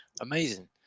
Amazing